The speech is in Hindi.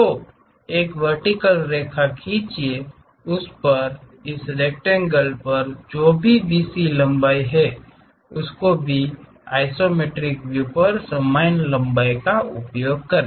तो एक वर्टिकल रेखा खींचिए उस पर इस रेक्टेंगल पर जो भी BC लंबाई है उसको भी आइसमेट्रिक व्यू पर समान लंबाई का उपयोग करें